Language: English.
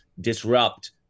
disrupt